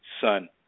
son